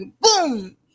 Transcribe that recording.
boom